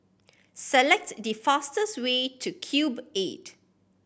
select the fastest way to Cube Eight